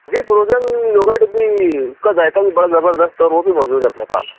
جی frozen yogurt بھی اس کا ذائقہ بھی بڑا زبردست ہے وہ بھی موجود ہے اپنے پاس